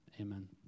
Amen